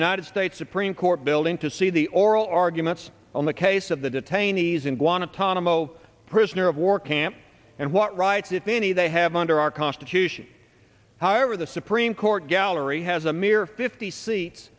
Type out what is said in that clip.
united states supreme court building to see the oral arguments on the case of the detainees in guantanamo prisoner of war camp and what rights if any they have under our constitution however the supreme court gallery has a mere fifty seats